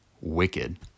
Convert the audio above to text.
wicked